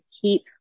keep